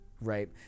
right